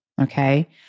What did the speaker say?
Okay